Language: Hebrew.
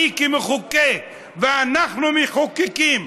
אני כמחוקק ואנחנו המחוקקים,